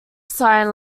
sign